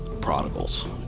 prodigals